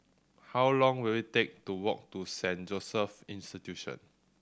how long will it take to walk to Saint Joseph's Institution